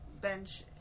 bench